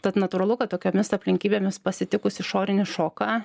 tad natūralu kad tokiomis aplinkybėmis pasitikus išorinį šoką